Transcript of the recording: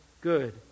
good